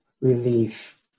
relief